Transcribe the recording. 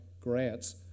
grants